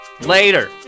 later